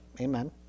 Amen